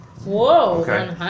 Whoa